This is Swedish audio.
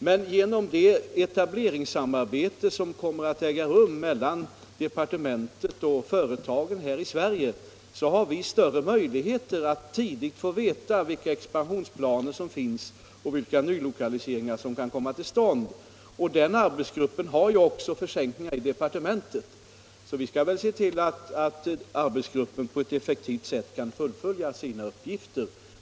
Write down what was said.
Men genom det etableringssamarbete som kommer att äga rum mellan departementet och företagen hör i Sverige har vi större möjligheter att tidigt få veta vilka expansionsplaner som finns och vilka nylokaliseringar som kan komma till stånd. Den arbetsgruppen har ju också försänkningar i de partementet, så vi skall väl se till att arbetsgruppen på ett effektivt sätt kan fullfölja sina uppgifter.